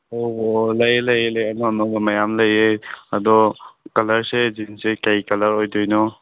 ꯑꯣ ꯑꯣ ꯂꯩꯑꯦ ꯂꯩꯑꯦ ꯂꯩꯑꯦ ꯑꯅꯧ ꯑꯅꯧꯕ ꯃꯌꯥꯝ ꯂꯩꯑꯦ ꯑꯗꯣ ꯀꯂꯔꯁꯦ ꯖꯤꯟꯁꯦ ꯀꯔꯤ ꯀꯂꯔ ꯑꯣꯏꯗꯣꯏꯅꯣ